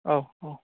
औ औ